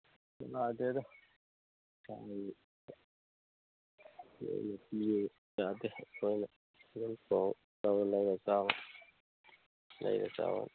ꯃꯣꯏꯅ ꯄꯤꯌꯨ ꯌꯥꯗꯦ ꯑꯩꯈꯣꯏꯅ ꯆꯥꯕ ꯂꯩꯔ ꯆꯥꯕ